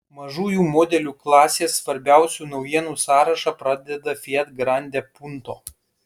mažųjų modelių klasės svarbiausių naujienų sąrašą pradeda fiat grande punto